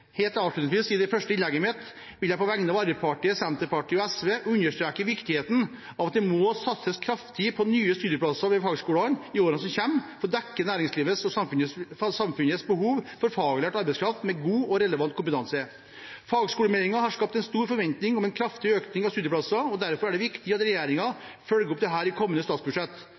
Helt avslutningsvis i det første innlegget mitt vil jeg på vegne av Arbeiderpartiet, Senterpartiet og SV understreke viktigheten av at det må satses kraftig på nye studieplasser ved fagskolene i årene som kommer, for å dekke næringslivets og samfunnets behov for faglært arbeidskraft med god og relevant kompetanse. Fagskolemeldingen har skapt en stor forventning om en kraftig økning av studieplasser, derfor er det viktig at regjeringen følger opp dette i kommende